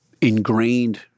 ingrained